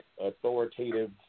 authoritative